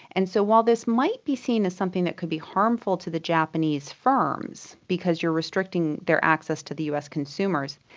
and so while this might be seen as something that could be harmful to the japanese firms because you are restricting their access to the us consumers,